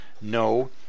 No